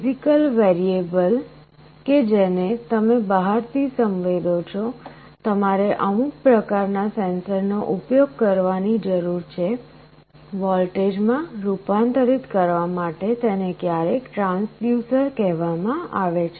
physical variable કે જેને તમે બહારથી સંવેદો છો તમારે અમુક પ્રકારના સેન્સરનો ઉપયોગ કરવાની જરૂર છે વોલ્ટેજમાં રૂપાંતરિત કરવા માટે તેને ક્યારેક ટ્રાંસડ્યુસર કહેવામાં આવે છે